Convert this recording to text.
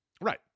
Right